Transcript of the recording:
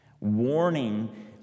warning